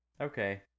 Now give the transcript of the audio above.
Okay